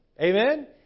Amen